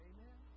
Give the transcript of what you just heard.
Amen